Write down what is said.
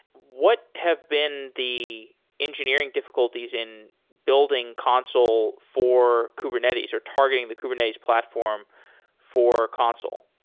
what have been the engineering difficulties in building consul for kubernetes or targeting the kubernetes platform for consul?